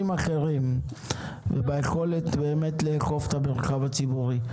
אחרים וביכולת באמת לאכוף את המרחב הציבורי.